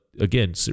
again